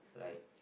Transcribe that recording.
like